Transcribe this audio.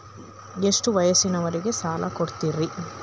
ಎಷ್ಟ ವಯಸ್ಸಿನವರಿಗೆ ಸಾಲ ಕೊಡ್ತಿರಿ?